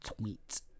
tweet